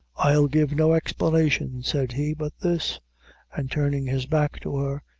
i'll give no explanation, said he, but this and turning his back to her,